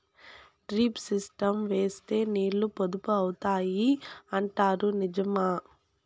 Drip system వేస్తే నీళ్లు పొదుపు అవుతాయి అంటారు నిజమా?